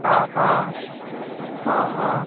অঁ অঁ অঁ অঁ অঁ